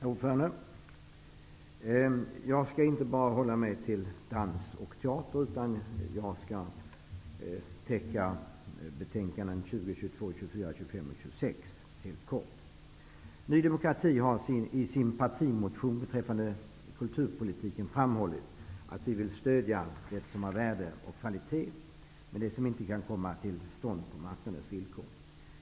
Herr talman! Jag skall inte hålla mig bara till dans och teater, utan jag skall kortfattat tala om betänkandena 20, 22, 24, 25 och 26. Ny demokrati har i sin partimotion om kulturpolitiken framhållit att vi vill stödja det som har värde och kvalitet men som inte kan komma till stånd på marknadens villkor.